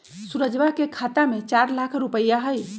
सुरजवा के खाता में चार लाख रुपइया हई